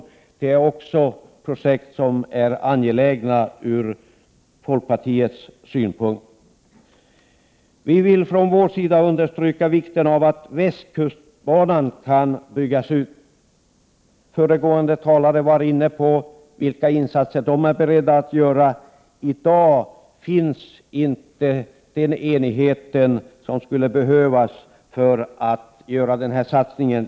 Från folkpartiets synpunkt är dessa projekt angelägna. Vi vill understryka vikten av att västkustbanan kan byggas ut. Föregående talare var inne på vilka insatser moderaterna var beredda att göra. I dag finns inte den enighet som skulle behövas för att denna satsning skall kunna göras.